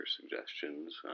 suggestions